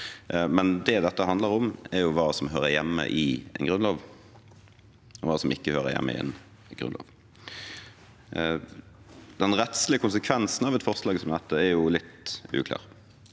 men det dette handler om, er hva som hører hjemme i en grunnlov, og hva som ikke hører hjemme i en grunnlov. Den rettslige konsekvensen av et forslag som dette er litt uklar,